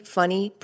funny